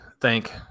thank